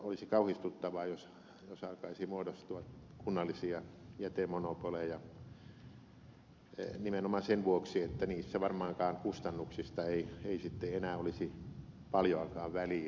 olisi kauhistuttavaa jos alkaisi muodostua kunnallisia jätemonopoleja nimenomaan sen vuoksi että niissä varmaankaan kustannuksista ei sitten enää olisi paljoakaan väliä